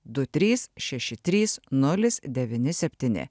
du trys šeši trys nulis devyni septyni